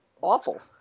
awful